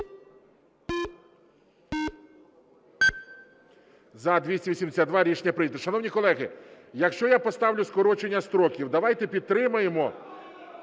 За-282 Рішення прийнято. Шановні колеги, якщо я поставлю скорочення строків, давайте підтримаємо